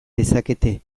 dezakete